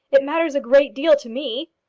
it matters a great deal to me.